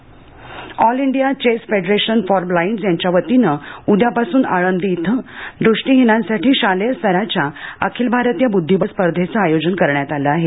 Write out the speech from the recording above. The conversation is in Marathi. बद्दीबळस्पर्धा all India chess federation for blinds यांच्या वतीनं उद्यापासून आळंदी इथं दृष्टिहीनांसाठी शालेय स्तराच्या अखिल भारतीय बुद्धीबळ स्पर्धेंचं आयोजन करण्यात आलं आहे